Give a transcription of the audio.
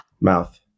mouth